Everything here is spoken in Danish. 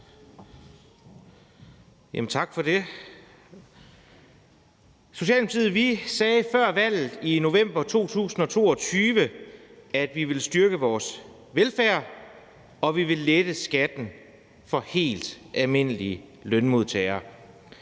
sagde vi før valget i november 2022, at vi ville styrke velfærden, og at vi ville lette skatten for helt almindelige lønmodtagere.